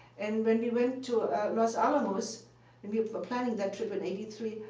and when we went to los alamos and we were planning that trip in eighty three,